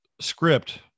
script